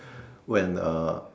when a